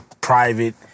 private